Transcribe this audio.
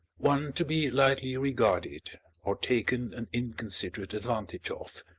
one to be lightly regarded or taken an inconsiderate advantage of.